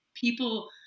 people